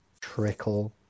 trickle